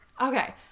Okay